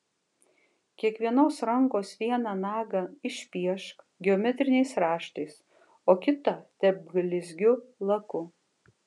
kiekvienos rankos vieną nagą išpiešk geometriniais raštais o kitą tepk blizgiu laku